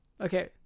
Okay